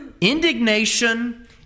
Indignation